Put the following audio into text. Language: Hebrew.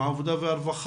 משרד העבודה והרווחה,